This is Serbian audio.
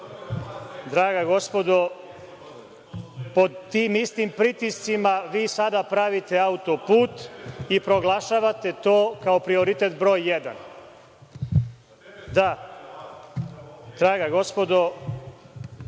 gospodo, pod tim istim pritiscima vi sada pravite auto put i proglašavate to kao prioritet br. 1. Da, draga gospodo